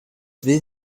will